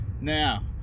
Now